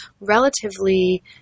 relatively